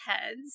heads